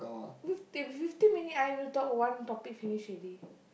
fifty fifty minute I have to talk one topic finish already